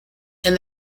and